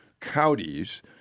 counties